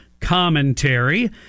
commentary